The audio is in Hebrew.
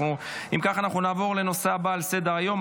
אם כך אנחנו נעבור לנושא הבא על סדר-היום,